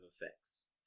effects